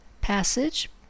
passage